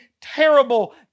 terrible